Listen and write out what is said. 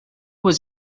was